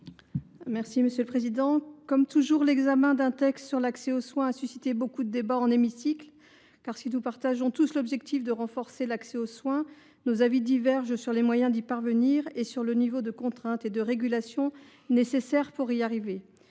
explication de vote. Comme toujours, l’examen d’un texte sur l’accès aux soins a suscité beaucoup de débats dans l’hémicycle. Si nous partageons tous l’objectif de renforcer l’accès aux soins, nos avis divergent sur les moyens d’y parvenir et sur le niveau de contrainte et de régulation nécessaires. Sur ce dernier